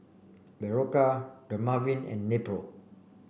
Berocca Dermaveen and Nepro